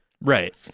Right